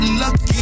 lucky